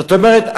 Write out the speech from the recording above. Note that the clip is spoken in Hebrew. זאת אומרת,